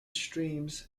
streams